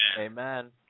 Amen